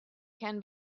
can